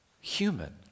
human